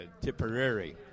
Tipperary